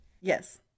Yes